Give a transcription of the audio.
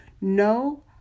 No